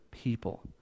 people